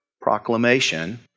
proclamation